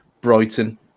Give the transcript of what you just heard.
Brighton